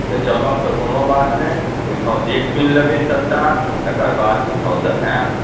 तऽ चलब तऽ कोनो बात नहि ओहिठाम देखि सुनि लेबै सबटा तकर बाद ओहिठामसँ आएब